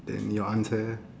then your answer